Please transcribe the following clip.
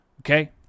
Okay